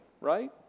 right